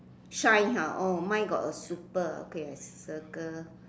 shine !huh! mine got a super okay I circle